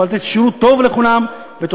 אתה יכול לתת שירות טוב לכולם ותוספת